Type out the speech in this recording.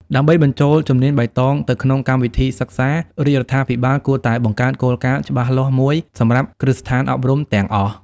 ដើម្បីបញ្ចូលជំនាញបៃតងទៅក្នុងកម្មវិធីសិក្សា រាជរដ្ឋាភិបាលគួរតែបង្កើតគោលការណ៍ច្បាស់លាស់មួយសម្រាប់គ្រឹះស្ថានអប់រំទាំងអស់។